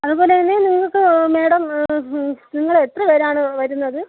അതുപോലെതന്നെ നിങ്ങൾക്ക് മാഡം നിങ്ങളെത്ര പേരാണ് വരുന്നത്